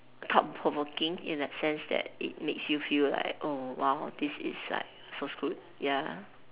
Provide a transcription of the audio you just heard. thought provoking in the sense that it makes you feel like oh !wow! this is like so screwed ya